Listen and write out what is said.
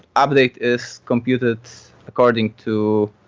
update is computed according to